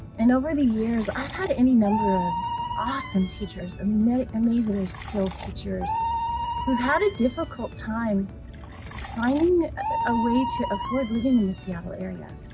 and over the years, i've had any number of awesome teachers, amazingly skilled teachers who've had a difficult time finding a way to afford living in the seattle area.